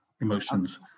emotions